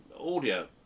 audio